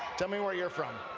tell me where you're from